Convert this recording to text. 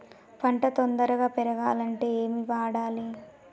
పంట తొందరగా పెరగాలంటే ఏమి వాడాలి?